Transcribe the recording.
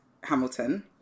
Hamilton